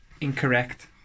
Incorrect